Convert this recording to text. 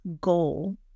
goal